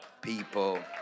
people